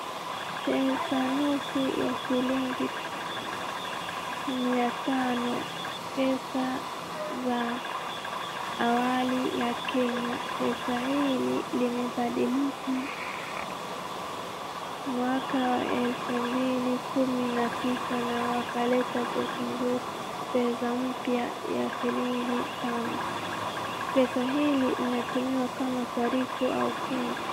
Pesa noti ya shilingi mia tano, pesa za awali ya Kenya. Pesa hili limebadilika mwaka wa elfu mbili kumi na tisa na wakaleta pesa nzuri, pesa mpya ya shilingi tano. Pesa hii inatumiwa kama sarifu ama change .